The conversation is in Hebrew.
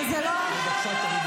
אבל זה לא --- בבקשה תורידו אותה.